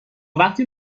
وقتی